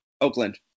Oakland